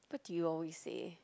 what do you always say